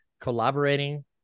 collaborating